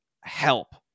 help